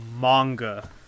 manga